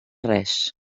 res